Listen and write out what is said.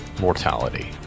mortality